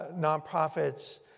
nonprofits